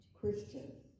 Christian